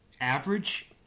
average